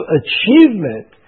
achievement